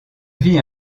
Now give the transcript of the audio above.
vie